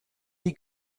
die